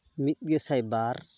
ᱢᱤᱫ ᱜᱮ ᱥᱟᱭ ᱵᱟᱨ